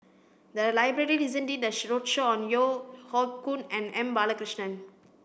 the library recently did a roadshow on Yeo Hoe Koon and M Balakrishnan